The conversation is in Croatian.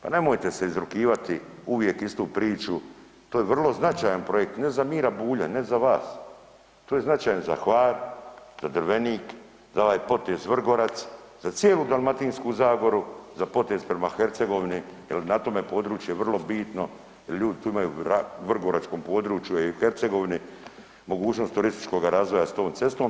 Pa nemojte se izrugivati, uvijek istu priču, to je vrlo značajan projekt, ne za Mira Bulja, ne za vas, to je značajan za Hvar, za Drvenik, za ovaj potez Vrgorac, za cijelu Dalmatinsku zagoru, za potez prema Hercegovini jel na tome području je vrlo bitno jel ljudi tu imaju, na vrgoračkom području je i u Hercegovini mogućnost turističkoga razvoja s tom cestom.